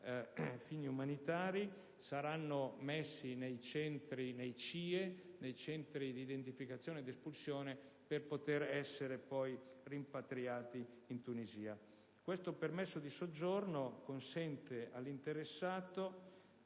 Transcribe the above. fini umanitari e sarà messo nei centri di identificazione ed espulsione (CIE) per poter essere poi rimpatriato in Tunisia. Tale permesso di soggiorno consente all'interessato